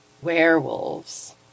werewolves